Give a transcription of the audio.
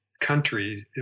countries